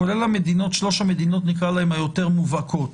כולל שלוש המדינות היותר מובהקות,